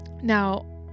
Now